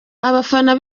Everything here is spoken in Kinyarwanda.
abafana